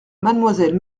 mademoiselle